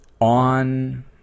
on